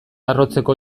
arrotzeko